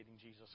Jesus